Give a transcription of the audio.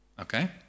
Okay